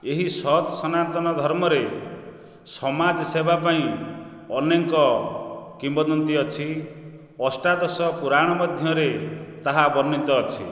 ଏହି ସତ୍ ସନାତନ ଧର୍ମରେ ସମାଜ ସେବା ପାଇଁ ଅନେକ କିମ୍ବଦନ୍ତୀ ଅଛି ଅଷ୍ଟାଦଶ ପୁରାଣ ମଧ୍ୟରେ ତାହା ବର୍ଣ୍ଣିତ ଅଛି